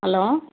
hello